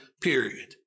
period